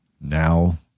now